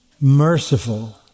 merciful